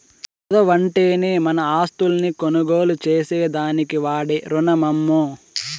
కుదవంటేనే మన ఆస్తుల్ని కొనుగోలు చేసేదానికి వాడే రునమమ్మో